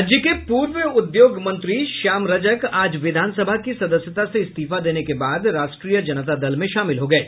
राज्य के पूर्व उद्योग मंत्री श्याम रजक आज विधानसभा की सदस्यता से इस्तीफा देने के बाद राष्ट्रीय जनता दल में शामिल हो गये